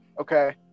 Okay